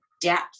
depth